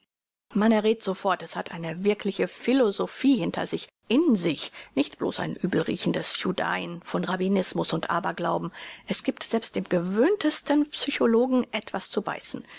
man erräth sofort es hat eine wirkliche philosophie hinter sich in sich nicht bloß ein übelriechendes judain von rabbinismus und aberglauben es giebt selbst dem verwöhntesten psychologen etwas zu beißen